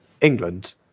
England